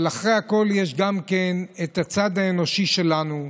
אבל אחרי הכול יש גם את הצד האנושי שלנו,